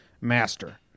master